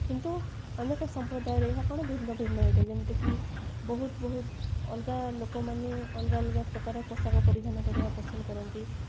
କିନ୍ତୁ ଅନେକ ସମ୍ପ୍ରଦାୟରେ ଏହା କ'ଣ ଭିନ୍ନ ଭିନ୍ନ ହୋଇଥାଏ ଯେମିତିକି ବହୁତ ବହୁତ ଅଲଗା ଲୋକମାନେ ଅଲଗା ଅଲଗା ପ୍ରକାର ପୋଷାକ ପରିଧାନ କରିବା ପସନ୍ଦ କରନ୍ତି